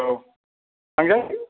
औ थांजागोन इयो